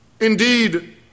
indeed